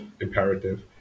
imperative